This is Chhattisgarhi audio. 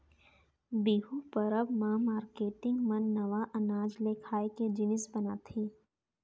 बिहू परब म मारकेटिंग मन नवा अनाज ले खाए के जिनिस बनाथे